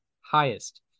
highest